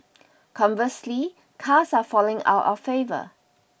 conversely cars are falling out of favour